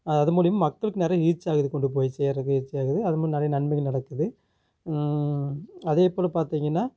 அது மூலிமா மக்களுக்கு நிறையா ரீச் ஆகுது கொண்டு போய் சேர்றது இது சேர்றது அதுமாதிரி நிறைய நன்மைகள் நடக்குது அதேபோல பார்த்திங்கனா